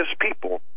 people